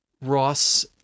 Ross